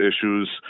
issues